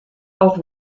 auch